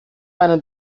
meine